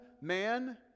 man